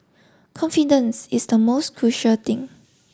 confidence is the most crucial thing